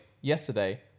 yesterday